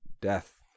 death